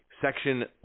Section